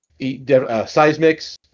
seismics